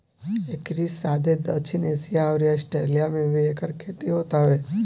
एकरी साथे दक्षिण एशिया अउरी आस्ट्रेलिया में भी एकर खेती होत हवे